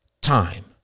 time